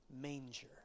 Manger